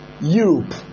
Europe